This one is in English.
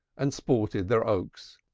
and sported their oaks.